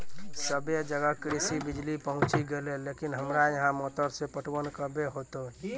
सबे जगह कृषि बिज़ली पहुंची गेलै लेकिन हमरा यहाँ मोटर से पटवन कबे होतय?